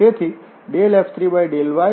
તેથી F3∂yxF2∂z